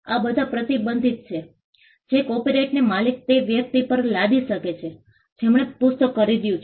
આ બધા પ્રતિબંધો છે જે કોપીરાઇટનો માલિક તે વ્યક્તિ પર લાદી શકે છે જેમણે પુસ્તક ખરીદ્યું છે